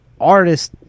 artist